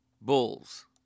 Bulls